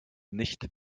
nicht